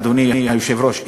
אדוני היושב-ראש,